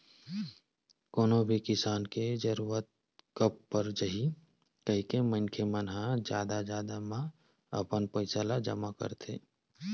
कोनो भी किसम के जरूरत कब पर जाही कहिके मनखे मन ह जघा जघा म अपन पइसा ल जमा करथे